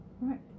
right